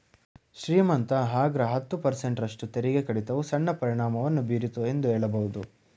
ಶ್ರೀಮಂತ ಅಗ್ರ ಹತ್ತು ಪರ್ಸೆಂಟ್ ರಷ್ಟು ತೆರಿಗೆ ಕಡಿತವು ಸಣ್ಣ ಪರಿಣಾಮವನ್ನು ಬೀರಿತು ಎಂದು ಹೇಳಬಹುದು